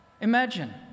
Imagine